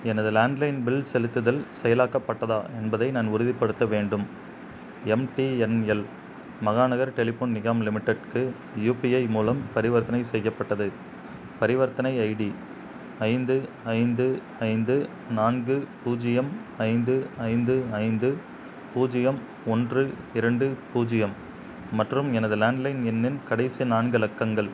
எனது landline bill செலுத்துதல் செயலாக்கப்பட்டதா என்பதை நான் உறுதிப்படுத்த வேண்டும் எம்டிஎன்எல் மகாநகர் டெலிஃபோன் நிகாம் லிமிடெட்க்கு யுபிஐ மூலம் பரிவர்த்தனை செய்யப்பட்டது பரிவர்த்தனை ஐடி ஐந்து ஐந்து ஐந்து நான்கு பூஜ்ஜியம் ஐந்து ஐந்து ஐந்து பூஜ்ஜியம் ஒன்று இரண்டு பூஜ்ஜியம் மற்றும் எனது லேண்ட்லைன் எண்ணின் கடைசி நான்கு இலக்கங்கள்